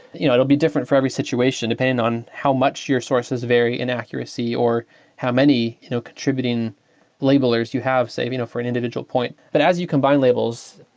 you know it will be different for every situation depending on how much your sources vary in accuracy or how many you know contributing labelers you have, say, you know for an individual point. but as you combine labels,